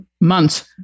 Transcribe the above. months